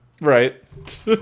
Right